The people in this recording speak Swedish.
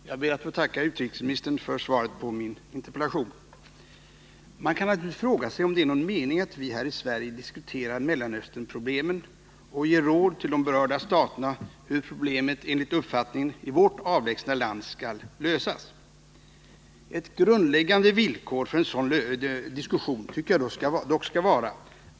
Herr talman! Jag ber att få tacka utrikesministern för svaret på min interpellation. Man kan naturligtvis fråga sig om det är någon mening med att vi här i Sverige diskuterar Mellanösternfrågan och ger råd till de berörda staterna om hur problemen, som vi i vårt avlägsna land uppfattar dem, skall lösas. Ett grundläggande villkor för en sådan diskussion tycker jag dock skall vara